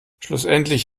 schlussendlich